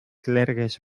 clergues